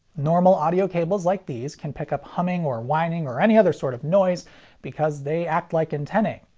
normal audio cables like these can pick up humming or whining or any other sort of noise because they act like antennae.